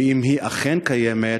ואם היא אכן קיימת,